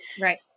Right